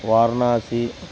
Varanasi